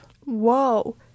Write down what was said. Whoa